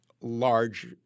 large